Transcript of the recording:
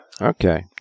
Okay